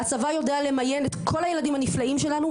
והצבא יודע למיין את כל הילדים הנפלאים שלנו,